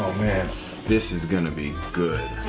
man. this is going to be good.